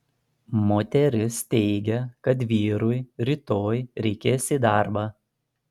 moteris teigia kad vyrui rytoj reikės į darbą